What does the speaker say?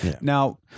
now